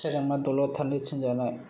सोरजोंबा दलद थानो थिनजानाय